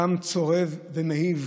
טעם צורב ומעיב.